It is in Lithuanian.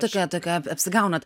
tokia tokia apsigaunat